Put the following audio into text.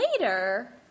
later